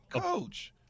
Coach